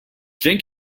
think